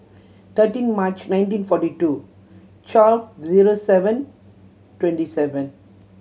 thirteen March nineteen forty two twelve zero seven twenty seven